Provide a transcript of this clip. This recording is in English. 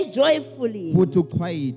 joyfully